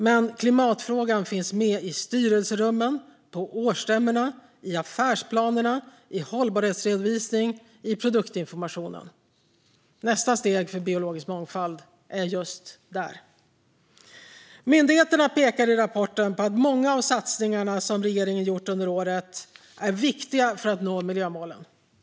Men klimatfrågan finns med i styrelserummen, på årsstämmorna, i affärsplanerna, i hållbarhetsredovisningen och i produktinformationen. Nästa steg för biologisk mångfald är just där. Myndigheterna pekar i rapporten på att många av satsningarna som regeringen gjort under året är viktiga för att nå miljömålen.